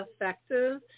effective